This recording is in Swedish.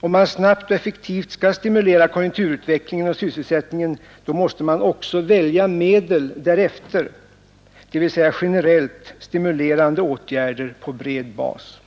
Om man snabbt och effektivt skall stimulera konjunkturutveckling och sysselsättning, då måste man också välja medel därefter, dvs. generellt stimulerande åtgärder på bred bas.